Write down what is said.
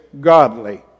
godly